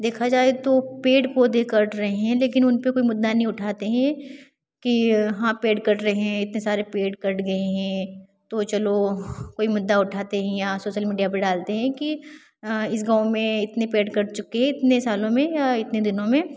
देखा जाए तो पेड़ पौधे कट रहे हैं लेकिन उन पर कोई मुद्दा नहीं उठाते हें कि हाँ पेड़ कट रहे हैं इतने सारे पेड़ कट गए हें तो चलो कोई मुद्दा उठाते हैं यहाँ सोशल मीडिया पर डालते हैं कि इस गाँव में इतने पेड़ कट चुके इतने सालों में या इतने दिनों में